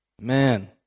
Man